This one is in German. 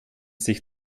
sich